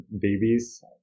babies